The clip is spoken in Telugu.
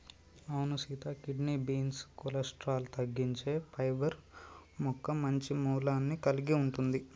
అవును సీత కిడ్నీ బీన్స్ కొలెస్ట్రాల్ తగ్గించే పైబర్ మొక్క మంచి మూలాన్ని కలిగి ఉంటుంది